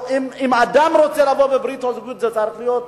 אם אדם רוצה לבוא בברית הזוגיות, זה צריך להיות